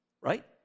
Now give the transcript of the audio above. right